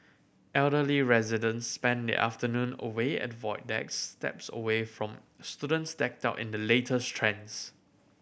elderly residents spend their afternoon away at void decks steps away from students decked out in the latest trends